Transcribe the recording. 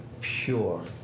pure